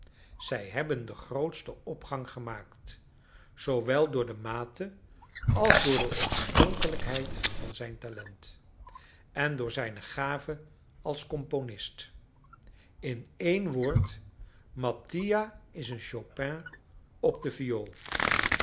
zij hebben den grootsten opgang gemaakt zoowel door de mate als door de oorspronkelijkheid van zijn talent en door zijne gave als componist in één woord mattia is een chopin op de viool